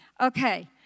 Okay